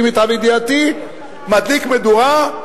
מדליק מדורה,